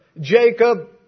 Jacob